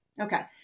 Okay